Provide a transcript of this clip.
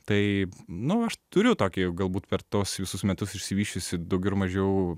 tai nu aš turiu tokį galbūt per tuos visus metus išsivysčiusį daugiau ar mažiau